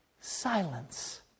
silence